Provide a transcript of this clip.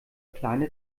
kleine